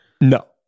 No